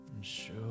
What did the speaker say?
show